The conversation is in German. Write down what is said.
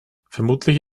vermutlich